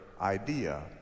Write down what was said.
idea